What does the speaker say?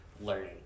learning